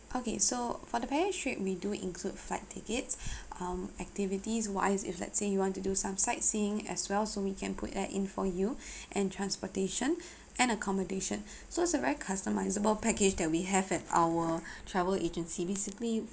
okay so for the package trip we do include flight tickets um activities wise if let's say you want to do some sightseeing as well so we can put that in for you and transportation and accommodation so it's a very customizable package that we have at our travel agency basically